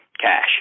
cash